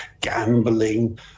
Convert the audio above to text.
gambling